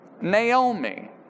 Naomi